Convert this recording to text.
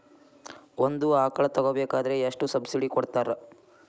ಒಂದು ಆಕಳ ತಗೋಬೇಕಾದ್ರೆ ಎಷ್ಟು ಸಬ್ಸಿಡಿ ಕೊಡ್ತಾರ್?